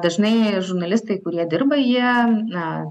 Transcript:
dažnai žurnalistai kurie dirba jie na